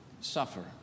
suffer